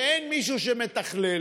שאין מישהו שמתכלל